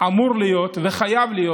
אמור להיות וחייב להיות